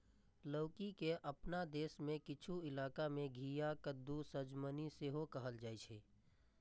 लौकी के अपना देश मे किछु इलाका मे घिया, कद्दू, सजमनि सेहो कहल जाइ छै